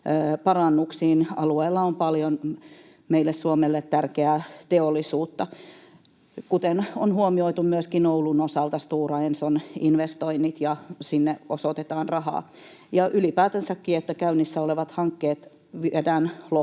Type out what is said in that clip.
parannuksiin — alueella on paljon meille, Suomelle, tärkeää teollisuutta. Myöskin Oulun osalta on huomioitu Stora Enson investoinnit, ja sinne osoitetaan rahaa. Ylipäätänsäkin käynnissä olevat hankkeet viedään loppuun.